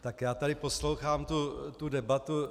Tak já tady poslouchám tu debatu...